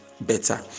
better